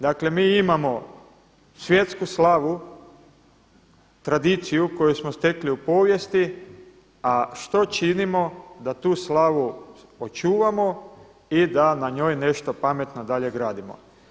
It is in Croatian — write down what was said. Dakle, mi imamo svjetsku slavu, tradiciju koju smo stekli u povijesti, a što činimo da tu slavu očuvamo i da na njoj nešto pametno dalje gradimo.